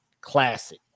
classic